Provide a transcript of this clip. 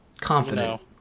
confident